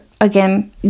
again